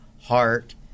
heart